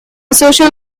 social